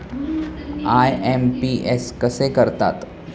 IMPS कसे करतात?